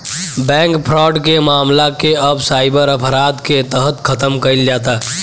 bank fraud के मामला के अब साइबर अपराध के तहत खतम कईल जाता